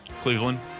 Cleveland